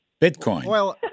Bitcoin